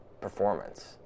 performance